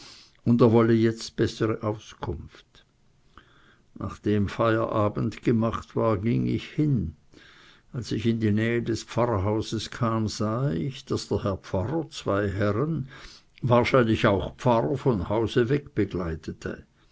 und er wolle jetzt bessere auskunft nachdem feierabend gemacht war ging ich hin als ich in die nähe des pfarrhauses kam sah ich daß der herr pfarrer zwei herren wahrscheinlich auch pfarrer vom hause